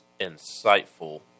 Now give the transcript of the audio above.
insightful